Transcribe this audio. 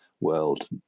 world